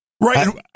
right